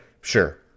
sure